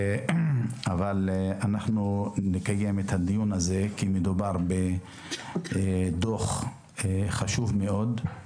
אבל אנחנו נקיים את הדיון הזה כי מדובר בדוח חשוב מאוד,